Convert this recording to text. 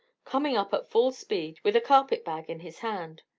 coming up at full speed, with a carpet-bag in his hand.